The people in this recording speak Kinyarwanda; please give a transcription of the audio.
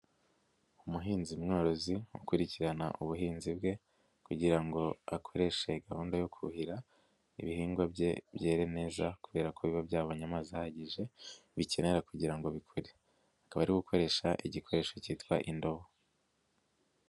Umuhinzi mworozi ukurikirana ubuhinzi bwe kugira ngo akoreshe gahunda yo kuhira, ibihingwa bye byera neza kubera ko biba byabonye amazi ahagije, bikenera kugira ngo bikure. Akaba ari gukoresha igikoresho cyitwa indobo.